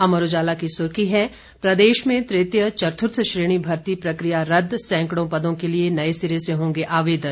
अमर उजाला की सुर्खी है प्रदेश में तृतीय चतुर्थ श्रेणी भर्ती प्रकिया रदद सैंकड़ों पदों के लिए नए सिरे से होंगे आवेदन